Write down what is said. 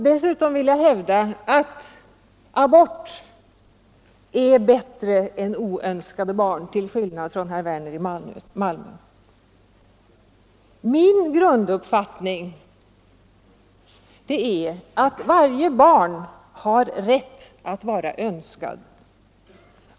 Dessutom vill jag hävda — till skillnad från herr Werner i Malmö — att abort är bättre än oönskade barn. » Min grunduppfattning är att varje barn har rätt att vara önskat.